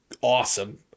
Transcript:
awesome